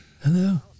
Hello